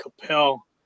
Capel